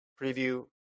preview